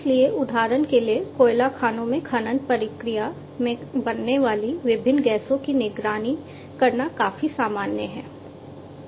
इसलिए उदाहरण के लिए कोयला खानों में खनन प्रक्रिया में बनने वाली विभिन्न गैसों की निगरानी करना काफी सामान्य है